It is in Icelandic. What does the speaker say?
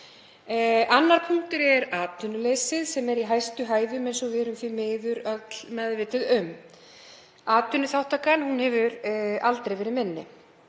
Annar punktur er atvinnuleysið sem er í hæstu hæðum eins og við erum því miður öll meðvituð um. Atvinnuþátttaka hefur aldrei verið minni.